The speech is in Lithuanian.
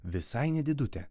visai nedidutė